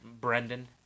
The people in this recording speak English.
Brendan